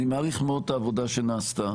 אני מעריך מאוד את העבודה שנעשתה.